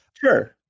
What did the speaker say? Sure